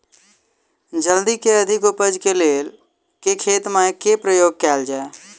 हल्दी केँ अधिक उपज केँ लेल केँ खाद केँ प्रयोग कैल जाय?